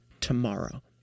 tomorrow